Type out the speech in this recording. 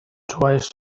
twice